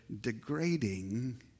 degrading